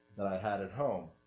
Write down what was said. that i had at home,